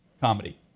comedy